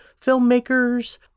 filmmakers